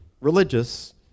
Religious